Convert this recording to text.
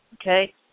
okay